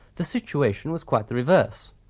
the situation was quite the reverse.